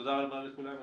תודה רבה לכולם.